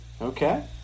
Okay